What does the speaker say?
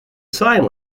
sign